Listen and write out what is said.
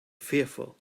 fearful